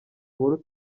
nkuru